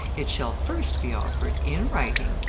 it shall first be offered, in writing,